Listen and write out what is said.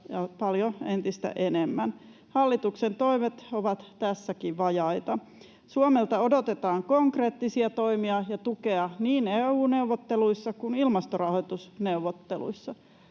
paljon entistä enemmän. Hallituksen toimet ovat tässäkin vajaita. Suomelta odotetaan konkreettisia toimia ja tukea niin EU-neuvotteluissa kuin ilmastorahoitusneuvotteluissa.